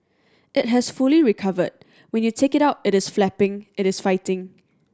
it has fully recovered when you take it out it is flapping it is fighting